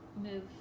move